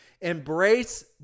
Embrace